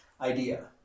idea